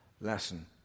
lesson